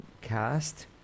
cast